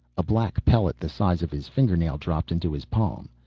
a black pellet the size of his fingernail dropped into his palm.